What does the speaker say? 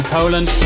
Poland